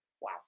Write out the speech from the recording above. Wow